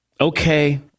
okay